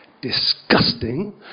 disgusting